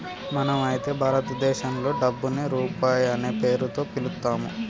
మనం అయితే భారతదేశంలో డబ్బుని రూపాయి అనే పేరుతో పిలుత్తాము